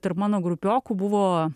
tarp mano grupiokų buvo